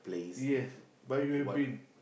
do you have but you have been